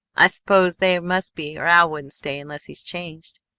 i suppose there must be or al wouldn't stay unless he's changed.